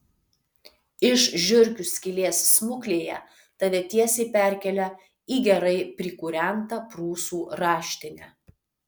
iš žiurkių skylės smuklėje tave tiesiai perkelia į gerai prikūrentą prūsų raštinę